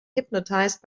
hypnotized